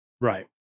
right